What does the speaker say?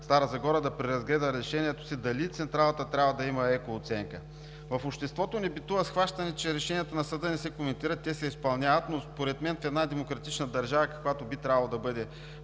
Стара Загора да преразгледа решението си дали централата трябва да има екооценка. В обществото ни битува схващането, че решенията на съда не се коментират, те се изпълняват, но според мен в една демократична държава, каквато би трябвало да е